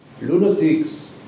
lunatics